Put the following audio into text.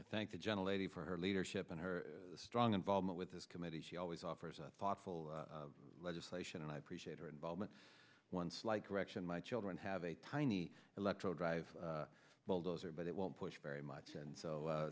i thank the general a d for her leadership and her strong involvement with this committee she always offers a thoughtful legislation and i appreciate her involvement one slight correction my children have a tiny electro drive bulldozer but it won't push very much and so